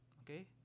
Okay